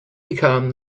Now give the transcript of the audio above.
become